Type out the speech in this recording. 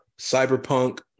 Cyberpunk